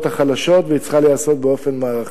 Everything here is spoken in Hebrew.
החלשות והיא צריכה להיעשות באופן מערכתי.